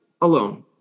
alone